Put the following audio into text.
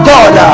God